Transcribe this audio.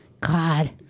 God